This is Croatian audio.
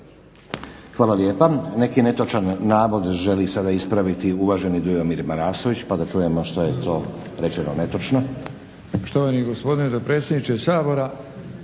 Hvala lijepa. Neki netočan navod želi sada ispraviti uvaženi Dujomir Marasović. Pa da čujemo što je to bilo netočno.